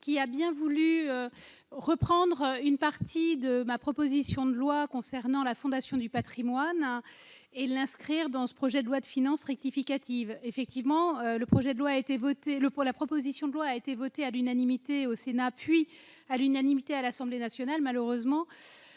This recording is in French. qui a bien voulu reprendre une partie de ma proposition de loi concernant la Fondation du patrimoine pour l'inscrire dans ce projet de loi de finances rectificative. Cette proposition de loi avait été votée à l'unanimité au Sénat, puis à l'unanimité à l'Assemblée nationale. Malheureusement,